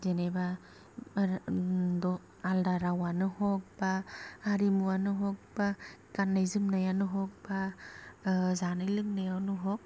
जेनेबा आल्दा रावानो हग बा हारिमुवानो हग बा गाननाय जोमनायानो हग बा जानाय लोंनायावनो हग